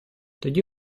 тоді